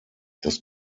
das